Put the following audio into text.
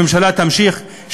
הממשלה תמשיך,